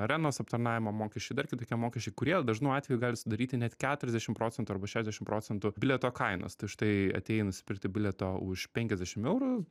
arenos aptarnavimo mokesčiai dar kitokie mokesčiai kurie dažnu atveju gali sudaryti net keturiasdešim procentų arba šešiasdešim procentų bilieto kainos tai štai atėjai nusipirkti bilieto už penkiasdešim eurų